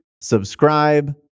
Subscribe